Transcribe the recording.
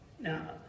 Now